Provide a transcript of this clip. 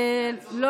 ההתייעצות,